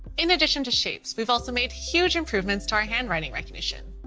in addition to shapes, we've also made huge improvements to our handwriting recognition.